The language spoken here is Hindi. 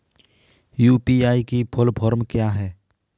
यू.पी.आई की फुल फॉर्म क्या है?